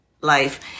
life